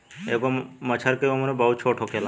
एगो मछर के उम्र बहुत छोट होखेला